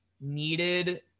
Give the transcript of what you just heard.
needed